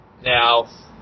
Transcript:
Now